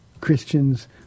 Christians